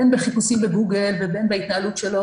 בין בחיפושים בגוגל ובין בהתנהלות שלו